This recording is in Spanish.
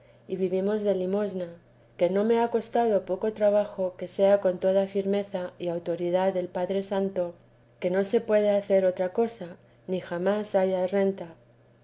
y vivimos de limosna que no me ha costado poco trabajo que sea con toda firmeza y autoridad del teresa de jesús ofi padre santo que no se puede hacer otra cosa ni jamás haya renta